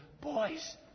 Boys